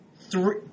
three